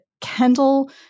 Kendall